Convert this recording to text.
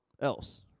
else